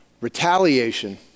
retaliation